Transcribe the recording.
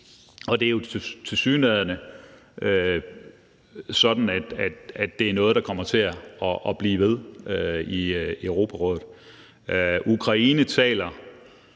og det er jo tilsyneladende sådan, at det er noget, der kommer til at blive ved i Europarådet. Ukraine taler